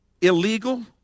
illegal